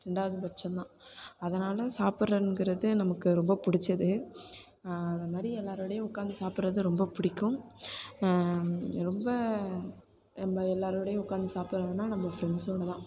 ரெண்டாவது பட்சந்தான் அதனால சாப்புட்றதுங்கறது நமக்கு ரொம்ப பிடிச்சது அதுமாதிரி எல்லோரோடயும் உட்காந்து சாப்பிட்றது ரொம்ப பிடிக்கும் ரொம்ப நம்ம எல்லோரோடயும் உட்காந்து சாப்பிடுறோம்னா நம்ம ஃப்ரெண்ட்ஸோடு தான்